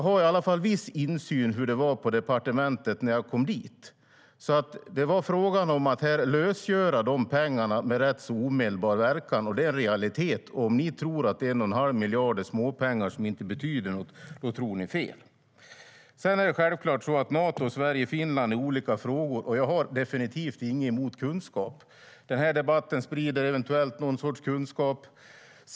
Jag har i alla fall viss insyn i hur det var på departementet när jag kom dit. Det var frågan om att lösgöra pengar med rätt omedelbar verkan, och det är en realitet. Jag har definitivt inget emot kunskap. Den här debatten sprider eventuellt någon sorts kunskap.